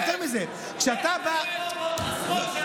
יותר מזה, כשאתה בא, רק פעם,